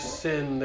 sin